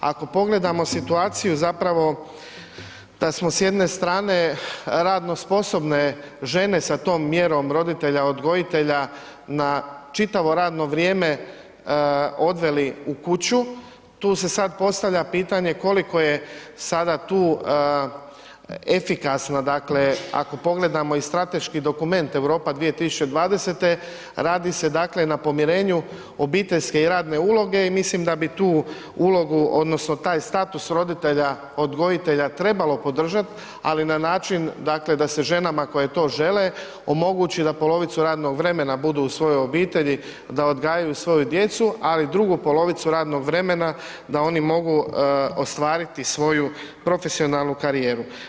Ako pogledamo situaciju zapravo da smo s jedne strane radno sposobne žene sa tom mjerom roditelja odgojitelja na čitavo radno vrijeme odveli u kuću tu se sad postavlja pitanje koliko je sada tu efikasna, dakle ako pogledamo i strateški dokument Europa 2020. radi se, dakle na pomirenju obiteljske i radne uloge i mislim da bi tu ulogu odnosno taj status roditelja odgojitelja trebalo podržat, ali na način, dakle da se ženama koje to žele omogući da polovicu radnog vremena budu u svojoj obitelji da odgajaju svoju djecu ali drugu polovicu radnog vremena da oni mogu ostvariti svoju profesionalnu karijeru.